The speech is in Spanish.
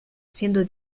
siendo